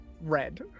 red